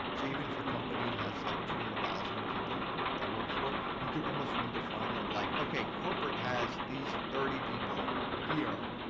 so even if your company has like two hundred thousand people that work for you could almost redefine it like, okay, corporate has these thirty people here,